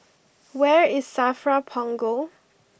where is Safra Punggol